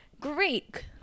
Greek